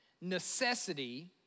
necessity